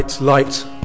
light